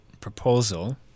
proposal